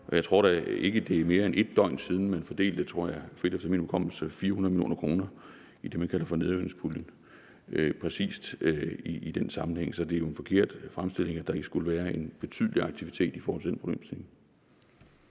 Jeg tror da ikke, at det er mere end 1 døgn siden, man fordelte – tror jeg frit efter min hukommelse – 400 mio. kr. i det, man kalder for nedrivningspuljen, præcis i den sammenhæng. Så det er jo en forkert fremstilling, at der ikke skulle være en betydelig aktivitet i forhold til den problemstilling.